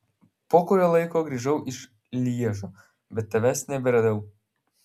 po kurio laiko grįžau iš lježo bet tavęs neberadau